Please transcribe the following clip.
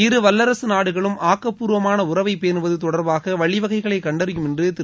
இரு வல்லரசு நாடுகளும் ஆக்கப்பூர்வமான உறவை பேணுவது தொடர்பாக வழிவகைகளை கண்டறியும் என்று திரு